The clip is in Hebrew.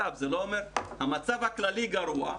המצב הכללי גרוע.